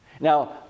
Now